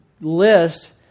list